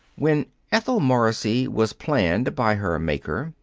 when ethel morrissey was planned by her maker,